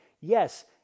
Yes